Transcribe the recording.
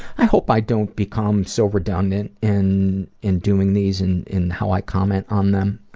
i hope i don't become so redundant in in doing these in in how i comment on them.